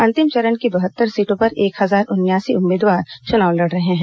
अंतिम चरण की बहत्तर सीटों पर एक हजार उनयासी उम्मीदवार चुनाव लड़ रहे हैं